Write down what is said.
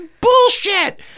bullshit